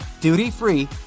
duty-free